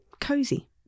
Cozy